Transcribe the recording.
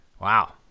Wow